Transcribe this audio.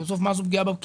מצד הפגיעה בקניין.